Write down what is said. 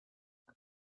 i’m